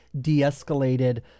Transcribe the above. de-escalated